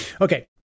Okay